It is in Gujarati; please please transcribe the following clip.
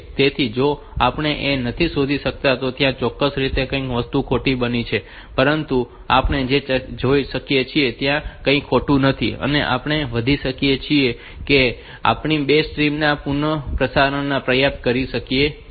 તેથી જો કે આપણે એ નથી શોધી શકતા કે ત્યાં ચોક્કસ રીતે કંઈ વસ્તુ ખોટી બની છે પરંતુ આપણે એ જાણી શકીએ છીએ કે ત્યાં કંઈક ખોટું થયું છે અને આપણે વધી શકીએ છીએ અને આપણે બીટ સ્ટ્રીમ ના પુનઃપ્રસારણનો પ્રયાસ કરી શકીએ છીએ